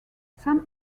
san